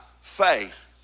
faith